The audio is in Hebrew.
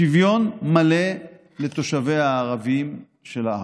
שוויון מלא לתושביה הערבים של הארץ.